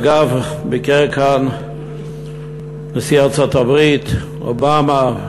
אגב, ביקר כאן נשיא ארצות-הברית אובמה,